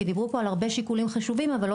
כי דיברו פה על הרבה שיקולים חשובים אבל לא